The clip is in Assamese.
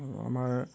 আমাৰ